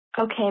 Okay